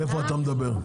איפה אתה מדבר?